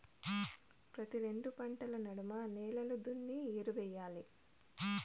ప్రతి రెండు పంటల నడమ నేలలు దున్ని ఎరువెయ్యాలి